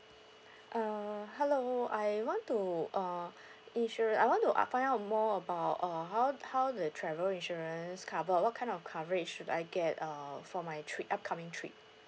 uh hello I want to uh insura~ I want to uh find out more about uh how how the travel insurance cover what kind of coverage should I get uh for my trip upcoming trip